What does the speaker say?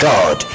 God